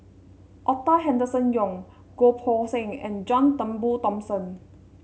Arthur Henderson Young Goh Poh Seng and John Turnbull Thomson